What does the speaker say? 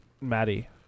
Maddie